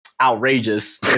outrageous